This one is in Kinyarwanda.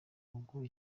ugura